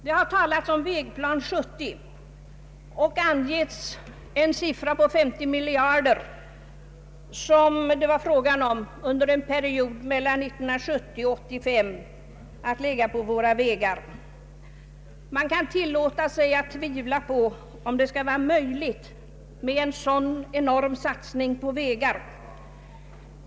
Det har talats om Vägplan 1970 och angivits ett belopp på 50 miljarder som det var fråga om att investera i vägar under perioden mellan 1970 och 1985. Man kan tillåta sig att tvivla på om det skall vara möjligt med en sådan enorm satsning på vägar.